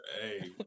Hey